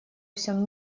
всем